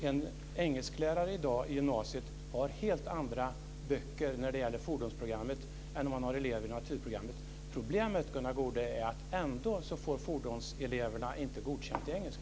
En engelsklärare på gymnasiet i dag har helt andra böcker i fordonsprogrammet än i naturprogrammet. Problemet är att eleverna på fordonsprogrammet ändå inte får godkänt i engelska.